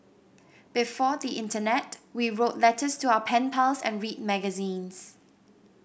before the internet we wrote letters to our pen pals and read magazines